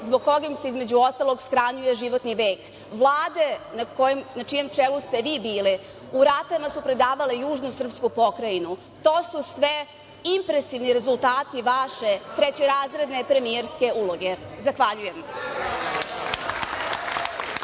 zbog kog im se, između ostalog, smanjuje životni vek. Vlade na čijem čelu ste vi bili u ratovima su predavale južnu srpsku pokrajinu. To su sve impresivni rezultati vaše trećerazredne premijerske uloge. Zahvaljujem.